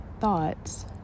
thoughts